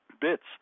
bits